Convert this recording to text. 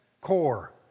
core